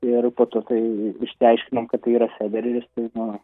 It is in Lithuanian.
ir po to tai išsiaiškinom kad tai yra federeris tai nu